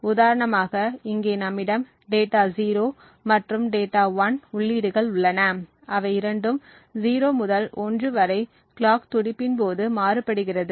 உதாரணமாக இங்கே நம்மிடம் டேட்டா 0 மற்றும் டேட்டா 1 உள்ளீடுகள் உள்ளன அவை இரண்டும் 0 முதல் 1 வரை கிளாக் துடிப்பின் போது மாறுபடுகிறது